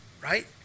right